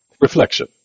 Reflection